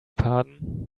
pardon